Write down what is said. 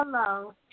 Hello